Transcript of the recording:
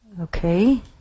Okay